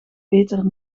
beter